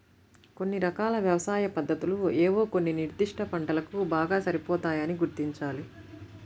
కొన్ని రకాల వ్యవసాయ పద్ధతులు ఏవో కొన్ని నిర్దిష్ట పంటలకు బాగా సరిపోతాయని గుర్తించాలి